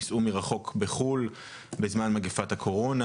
איננו חייב לרשום את הנישואים שנערכו בחוץ לארץ.